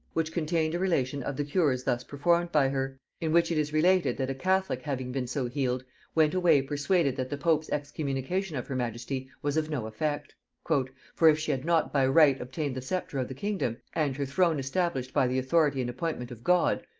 which contained a relation of the cures thus performed by her in which it is related, that a catholic having been so healed went away persuaded that the pope's excommunication of her majesty was of no effect for if she had not by right obtained the sceptre of the kingdom, and her throne established by the authority and appointment of god,